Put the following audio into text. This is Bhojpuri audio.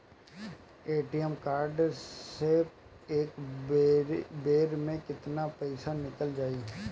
ए.टी.एम कार्ड से एक बेर मे केतना पईसा निकल जाई?